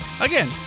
Again